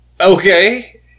okay